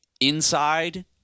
inside